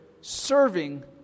serving